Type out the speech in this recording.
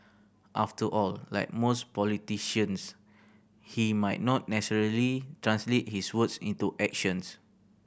after all like most politicians he might not necessarily translate his words into actions